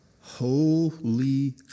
Holy